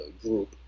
group